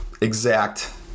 exact